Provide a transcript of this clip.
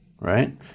right